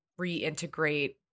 reintegrate